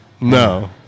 No